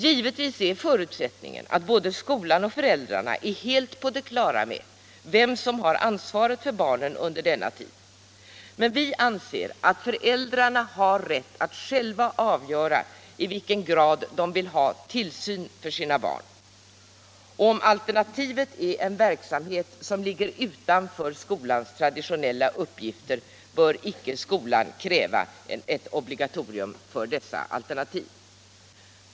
Givetvis är förutsättningen att både skolan och föräldrarna är helt på det klara med vem som har ansvaret för barnen under denna tid. Vi anser emellertid att föräldrarna har rätt att själva avgöra i vilken grad de själva vill ha tillsynen. Om alternativet är en verksamhet som ligger utanför skolans traditionella uppgifter bör icke skolan kräva ett obligatorium för dessa alternativ.